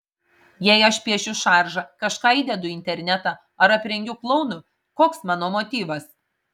jei aš piešiu šaržą kažką įdedu į internetą ar aprengiu klounu koks mano motyvas